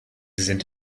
sind